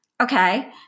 okay